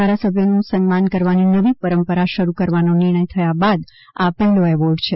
ધારાસભ્યનું સન્માન કરવાની નવી પરંપરા શરૂ કરવાનો નિર્ણય થયા બાદ આ પહેલા એવાર્ડ છે